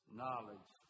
knowledge